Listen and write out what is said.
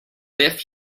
biff